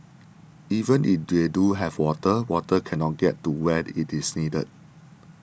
even if they do have water water cannot get to where it is needed